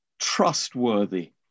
Trustworthy